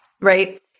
right